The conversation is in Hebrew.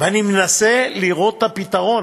ואני מנסה לראות את הפתרון.